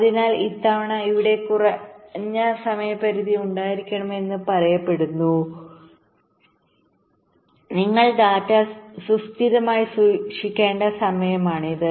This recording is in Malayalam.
അതിനാൽ ഇത്തവണ ഇവിടെ കുറഞ്ഞ സമയപരിധി ഉണ്ടായിരിക്കണമെന്ന് പറയപ്പെടുന്നു നിങ്ങൾ ഡാറ്റ സുസ്ഥിരമായി സൂക്ഷിക്കേണ്ട സമയമാണിത്